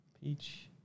Peach